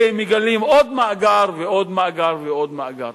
שמגלים עוד מאגר ועוד מאגר ועוד מאגר.